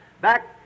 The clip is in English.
back